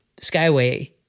Skyway